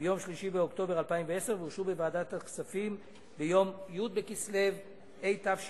ביום 3 באוקטובר 2010 ואושרו בוועדת הכספים ביום י' בכסלו התשע"א,